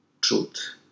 truth